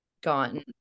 gotten